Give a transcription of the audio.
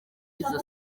izo